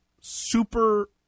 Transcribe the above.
super